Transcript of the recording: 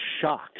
shocked